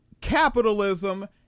capitalism